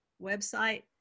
website